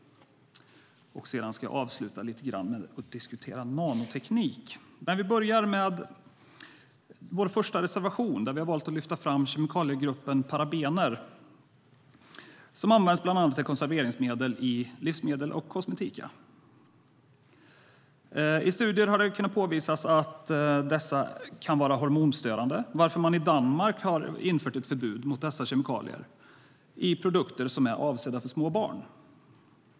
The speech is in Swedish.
Sedan ska jag avsluta med att diskutera nanoteknik lite grann. I vår första reservation har vi valt att lyfta fram kemikaliegruppen parabener, som används bland annat som konserveringsmedel i livsmedel och kosmetika. I studier har det kunnat påvisas att dessa kan vara hormonstörande, varför man i Danmark har infört ett förbud mot dessa kemikalier i produkter som är avsedda för småbarn.